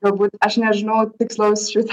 galbūt aš nežinau tikslaus šit